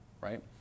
right